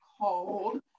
called